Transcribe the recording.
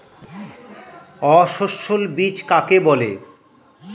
অসস্যল বীজ কাকে বলে?